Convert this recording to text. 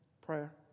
prayer